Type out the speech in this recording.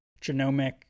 genomic